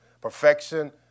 Perfection